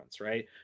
right